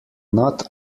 not